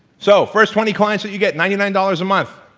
so first twenty quite so you get ninety nine dollars a month